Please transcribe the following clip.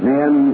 Men